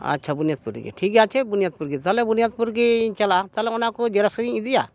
ᱟᱪᱪᱷᱟ ᱵᱚᱱᱤᱭᱟᱫᱽᱯᱩᱨ ᱨᱮᱜᱮ ᱴᱷᱤᱠ ᱜᱮᱭᱟ ᱟᱪᱪᱷᱟ ᱵᱚᱱᱤᱭᱟᱫᱽᱯᱩᱨ ᱨᱮᱜᱮ ᱛᱟᱦᱞᱮ ᱵᱚᱱᱤᱭᱟᱫᱽᱯᱩᱨ ᱜᱮ ᱤᱧ ᱪᱟᱞᱟᱜᱼᱟ ᱛᱟᱦᱞᱮ ᱚᱱᱟ ᱠᱚ ᱡᱮᱨᱚᱠᱥ ᱠᱟᱛᱮᱧ ᱤᱫᱤᱭᱟ